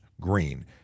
green